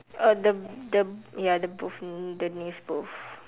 uh the the ya the booth the news booth